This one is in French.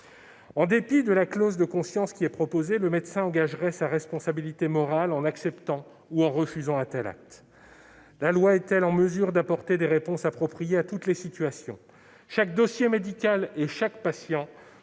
En dépit de la clause de conscience proposée, le médecin engagerait sa responsabilité morale en acceptant ou en refusant un tel acte. La loi est-elle en mesure d'apporter des réponses appropriées à toutes les situations ?